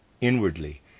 inwardly